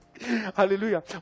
hallelujah